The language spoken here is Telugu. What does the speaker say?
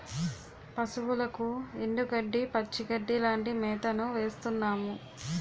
పశువులకు ఎండుగడ్డి, పచ్చిగడ్డీ లాంటి మేతను వేస్తున్నాము